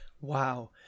Wow